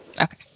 Okay